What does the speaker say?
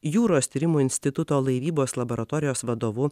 jūros tyrimų instituto laivybos laboratorijos vadovu